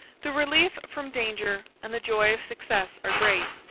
the relief from danger and the joy of success are great.